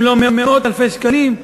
אם לא מאות אלפי שקלים,